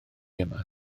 yma